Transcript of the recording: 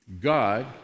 God